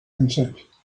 consent